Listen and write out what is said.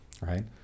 right